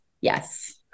yes